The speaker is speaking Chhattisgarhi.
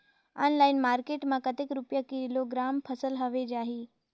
ऑनलाइन मार्केट मां कतेक रुपिया किलोग्राम फसल हवे जाही?